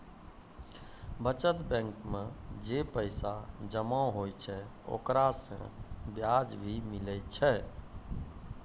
बचत बैंक मे जे पैसा जमा होय छै ओकरा से बियाज भी मिलै छै